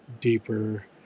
deeper